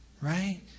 right